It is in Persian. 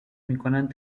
میکنند